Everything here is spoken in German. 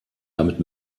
damit